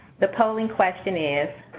the polling question is,